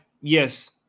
yes